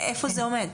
איפה זה עומד?